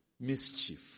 mischief